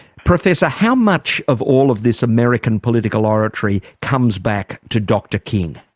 professor how much of all of this american political oratory comes back to dr king?